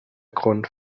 grund